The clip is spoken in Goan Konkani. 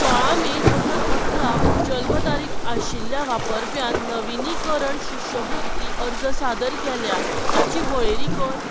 सोळा मे दोन हजार अठरा जल्म तारीक आशिल्या वापरप्यान नवीनिकरण शिश्यवृत्ती अर्ज सादर केल्या ताची वळेरी कर